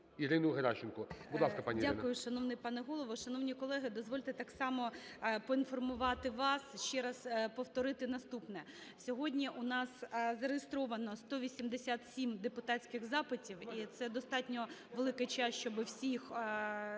ГОЛОВУЮЧИЙ. Дякую, шановний пане Голово. Шановні колеги, дозвольте так само поінформувати вас, ще раз повторити наступне. Сьогодні у нас зареєстровано 187 депутатських запитів, і це достатньо велика черга, щоб всі